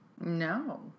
No